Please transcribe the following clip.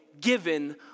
given